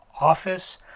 office